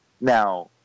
Now